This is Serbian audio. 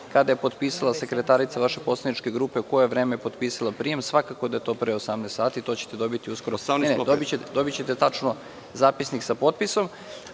kada je potpisala sekretarica vaše poslaničke grupe, u koje vreme je potpisala prijem, svakako da je to pre 18, sati, to ćete dobiti uskoro. Ne, dobićete tačno zapisnik sa potpisom.